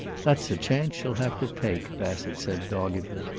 that's a chance she'll have to take, bassett said doggedly.